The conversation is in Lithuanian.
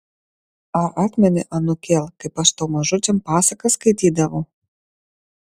ar atmeni anūkėl kaip aš tau mažučiam pasakas skaitydavau